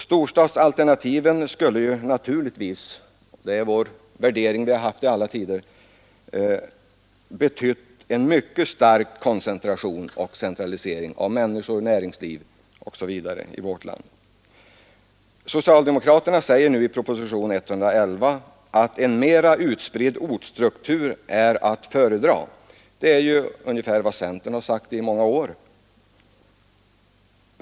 Storstadsalternativen skulle naturligtvis — det är den värdering vi haft i alla tider — ha betytt en mycket stark koncentration och centralisering av människor näringsliv osv. i vårt land. Socialdemokraterna säger nu i propositionen 111 att en mera utspridd ortstruktur är att föredra. Det är ju ungefär vad centern har sagt i många år.